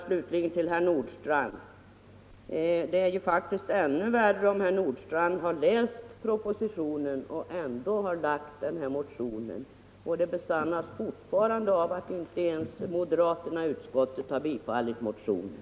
Slutligen är det ännu värre om herr Nordstrandh har läst propositionen och ändå väckte sin motion. Detta besannas av att inte ens moderaterna i utskottet har tillstyrkt den.